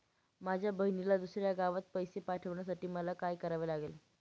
माझ्या बहिणीला दुसऱ्या गावाला पैसे पाठवण्यासाठी मला काय करावे लागेल?